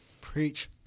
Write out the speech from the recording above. Preach